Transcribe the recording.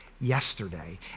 yesterday